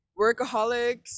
workaholics